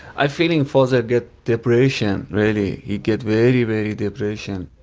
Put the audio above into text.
i'm feeling fazel get depression really, he get very, very depression.